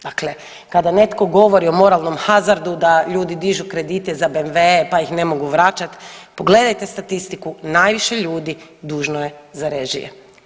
Dakle, kada netko govori o moralnom hazardu da ljudi dižu kredite za BMW-e pa ih ne mogu vraćati pogledajte statistiku najviše ljudi dužno je za režije.